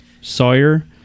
Sawyer